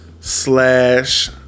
slash